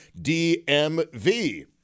DMV